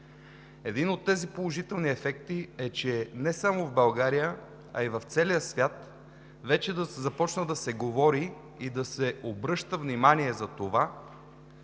Един от тези положителни ефекти е, че не само в България, а и в целия свят вече започна да се говори и да се обръща внимание,